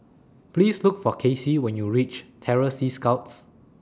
Please Look For Kaycee when YOU REACH Terror Sea Scouts